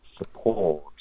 Support